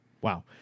wow